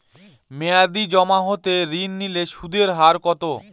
মেয়াদী জমা হতে ঋণ নিলে সুদের হার কত?